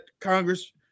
Congress